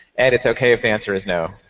ed, it's ok if the answer is no.